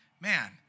man